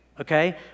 Okay